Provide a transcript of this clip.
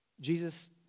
Jesus